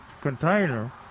container